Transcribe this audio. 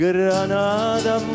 Granada